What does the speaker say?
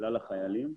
כלל החיילים.